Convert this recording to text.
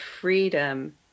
freedom